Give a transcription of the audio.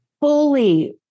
fully